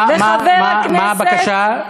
וחבר הכנסת, מה הבקשה?